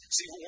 See